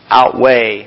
outweigh